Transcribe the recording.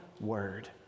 word